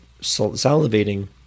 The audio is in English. salivating